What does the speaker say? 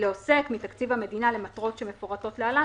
לעוסק מתקציב המדינה למטרות שמפורטות להלן,